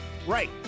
Right